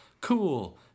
cool